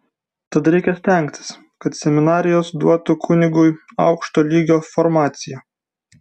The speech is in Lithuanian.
tad reikia stengtis kad seminarijos duotų kunigui aukšto lygio formaciją